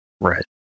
Right